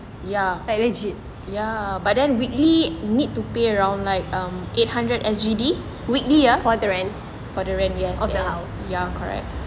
ya ya but then weekly need to pay around like um eight hundred S_G_D weekly ah for the rent yes yes ya correct